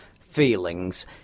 feelings